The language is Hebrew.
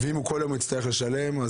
מה יקרה אם הוא יצטרך לשלם כל יום?